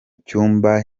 cyumba